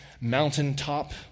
mountaintop